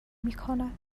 میکند